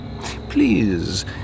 please